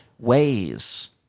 Ways